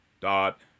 dot